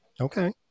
okay